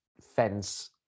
fence